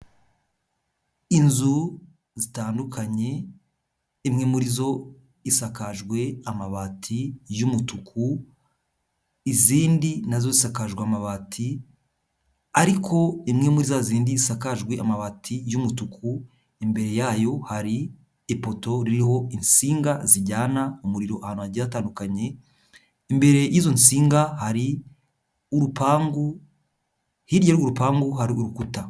Inzu zitandukanye imwe muri zo isakajwe amabati y'umutuku, izindi nazo zikajwe amabati ariko imwe mu za zindi zisakajwe amabati y'umutuku, imbere yayo hari ipoto ririho insinga zijyana umuriro ahantu hagiye hatandukanye, imbere y'izo nsinga hari urupangu, hirya y'urwo rupangu hari urukuta.